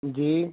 ਜੀ